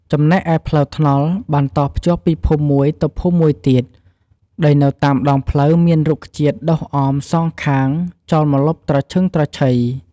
ចំណែកឯផ្លូវថ្នល់បានតភ្ជាប់ពីភូមិមួយទៅភូមិមួយទៀត ដោយនៅតាមដងផ្លូវមានរុក្ខជាតិដុះអម សងខាងចោលម្លប់ត្រឈឹងត្រឈៃ។